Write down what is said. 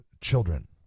children